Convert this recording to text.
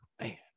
Man